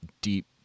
Deep